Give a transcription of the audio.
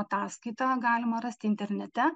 ataskaita galima rasti internete